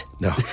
No